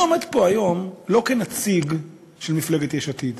אני עומד פה היום לא כנציג של מפלגת יש עתיד,